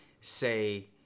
say